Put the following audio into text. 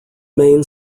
main